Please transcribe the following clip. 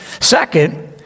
second